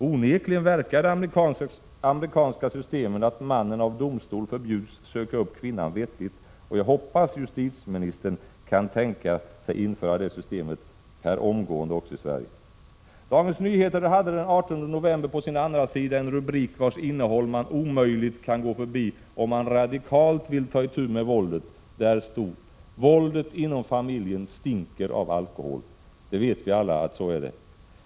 Onekligen verkar det amerikanska systemet att mannen av domstol förbjuds söka upp kvinnan vettigt, och jag hoppas att justitieministern kan tänka sig att införa det systemet per omgående också i Sverige. Dagens Nyheter hade den 18 november på sin andrasida en artikel, vars innehåll man omöjligen kan gå förbi, om man radikalt vill ta itu med våldet. Rubriken löd: ”Våldet inom familjen stinker av alkohol”. Vi vet alla att så är det.